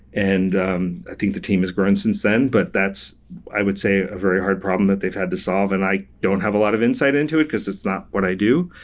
and i think the team is grown since then. but that's i would say a very hard problem that they've had to solve, and i don't have a lot of insight into it, because it's not what i do.